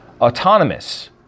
autonomous